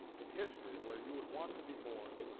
in history where you would want to be born,